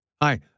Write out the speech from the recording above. Hi